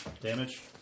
Damage